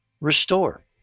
restore